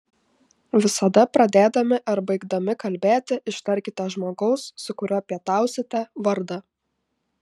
visada pradėdami ar baigdami kalbėti ištarkite žmogaus su kuriuo pietausite vardą